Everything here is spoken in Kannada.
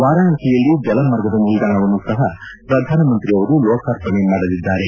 ವಾರಣಾಸಿಯಲ್ಲಿ ಜಲಮಾರ್ಗದ ನಿಲ್ದಾಣವನ್ನು ಸಹ ಶ್ರಧಾನಮಂತ್ರಿ ಅವರು ಲೋಕಾರ್ಪಣೆ ಮಾಡಲಿದ್ದಾರೆ